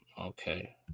Okay